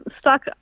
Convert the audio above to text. stuck